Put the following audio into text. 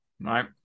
right